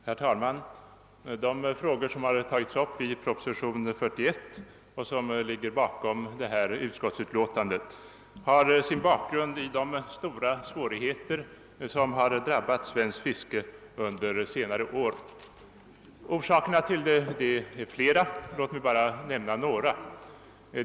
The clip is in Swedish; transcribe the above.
Herr talman! De frågor som tagits upp i proposition 41 och som ligger bakom detta utskottsutlåtande har sin bakgrund i de stora svårigheter som har drabbat svenskt fiske under senare år. Orsakerna härtill är flera; låt mig bara nämna några.